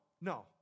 no